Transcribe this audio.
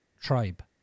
tribe